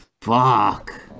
fuck